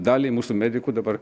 daliai mūsų medikų dabar